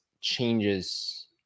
changes